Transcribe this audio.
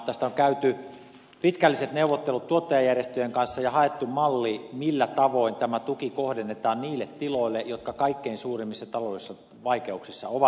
tästä on käyty pitkälliset neuvottelut tuottajajärjestöjen kanssa ja haettu malli sille millä tavoin tämä tuki kohdennetaan niille tiloille jotka kaikkein suurimmissa taloudellisissa vaikeuksissa ovat